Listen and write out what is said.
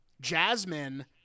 Jasmine